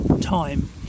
time